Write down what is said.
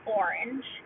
orange